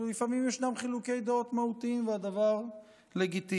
ולפעמים ישנם חילוקי דעות מהותיים, והדבר לגיטימי.